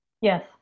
Yes